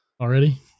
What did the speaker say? Already